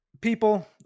people